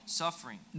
suffering